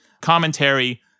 commentary